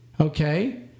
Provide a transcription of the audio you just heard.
okay